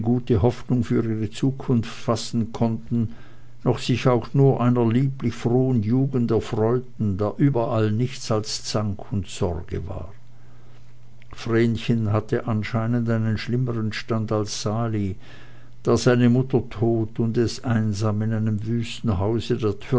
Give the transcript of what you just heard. hoffnung für ihre zukunft fassen konnten noch sich auch nur einer lieblich frohen jugend erfreuten da überall nichts als zank und sorge war vrenchen hatte anscheinend einen schlimmern stand als sali da seine mutter tot und es einsam in einem wüsten hause